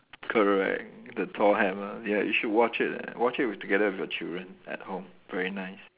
correct the Thor hammer ya you should watch it ah watch it with together with your children at home very nice